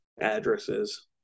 addresses